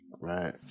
Right